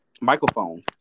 microphone